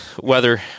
weather